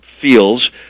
feels